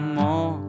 more